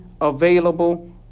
available